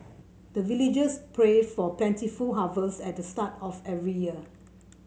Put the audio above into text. the villagers pray for plentiful harvest at the start of every year